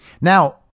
Now